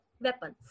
weapons